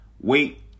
wait